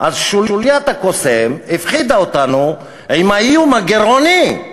שוליית הקוסם הפחיד אותנו עם האיום הגירעוני.